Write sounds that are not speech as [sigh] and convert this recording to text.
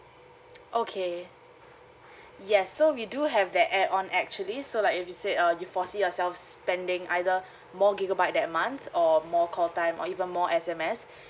[noise] okay yes so we do have that add on actually so like if you said uh you foresee yourself spending either more gigabyte that month or more call time or even more S_M_S